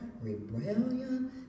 rebellion